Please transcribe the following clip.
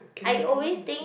I always think